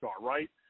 right